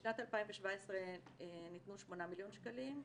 בשנת 2017 ניתנו 8 מיליון שקלים,